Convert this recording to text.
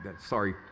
sorry